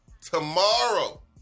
tomorrow